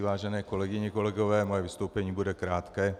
Vážené kolegyně, kolegové, moje vystoupení bude krátké.